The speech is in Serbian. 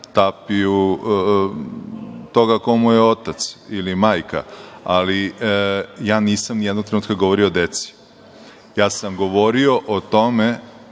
tapiju toga ko mu je otac ili majka, ali ja nisam nijednog trenutka govorio o deci. Govorio sam o tome